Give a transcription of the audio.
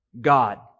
God